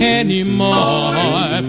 anymore